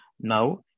Now